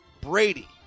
Brady